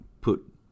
put